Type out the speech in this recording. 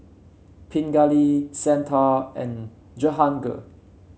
Pingali Santha and Jehangirr